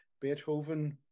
Beethoven